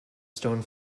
stone